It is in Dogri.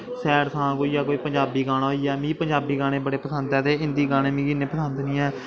सैड सांग होई गेआ कोई पंजाबी गाना होई गेआ मिगी पंजाबी गाने बड़े पसंद ऐ ते हिन्दी गाने मिगी इन्ने पसंद निं ऐ